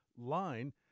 Line